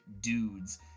dudes